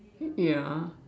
ya